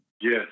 Yes